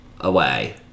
away